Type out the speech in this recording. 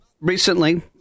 recently